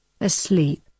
asleep